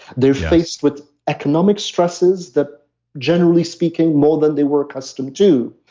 they're faced with economic stresses that generally speaking more than they were accustomed to.